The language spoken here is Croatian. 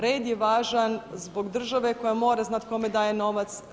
Red je važan zbog države koja mora znati kome daje novac.